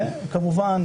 כמובן,